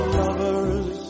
lovers